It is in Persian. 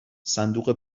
صندوق